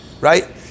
right